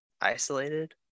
isolated